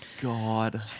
God